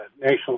National